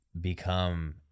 become